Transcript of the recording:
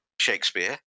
Shakespeare